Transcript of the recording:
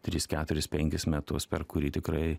tris keturis penkis metus per kurį tikrai